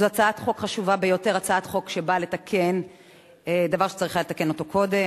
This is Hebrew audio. הצעת חוק באה לתקן דבר שצריך היה לתקן אותו קודם.